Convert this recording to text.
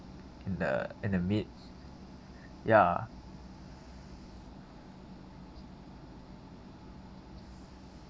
in the in the meat ya